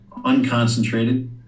unconcentrated